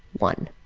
one.